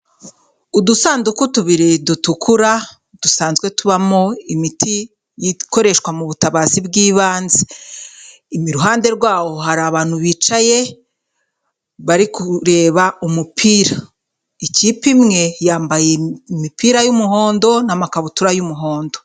Udusanduku tubiri dutukura dusanzwe tubamo imiti ikoreshwa mu butabazi bw'ibanze, iruhande rwaho hari abantu bicaye bari kureba umupira, ikipe imwe yambaye imipira y'umuhondo n'amakabutura y'umuhondo.